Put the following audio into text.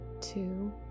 two